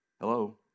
Hello